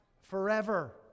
forever